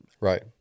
Right